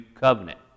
covenant